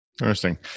Interesting